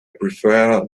prefer